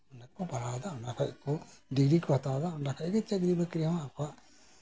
ᱯᱟᱲᱦᱟᱣ ᱫᱟ ᱚᱸᱰᱮ ᱠᱷᱚᱱ ᱜᱮᱠᱚ ᱰᱤᱜᱽᱨᱤ ᱠᱚ ᱦᱟᱛᱟᱣ ᱫᱟ ᱚᱸᱰᱮ ᱠᱷᱚᱱ ᱜᱮ ᱪᱟᱹᱠᱨᱤ ᱵᱟᱹᱠᱨᱤ ᱟᱠᱚᱣᱟᱜ